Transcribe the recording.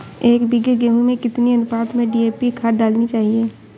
एक बीघे गेहूँ में कितनी अनुपात में डी.ए.पी खाद डालनी चाहिए?